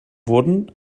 wurden